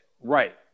Right